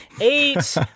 Eight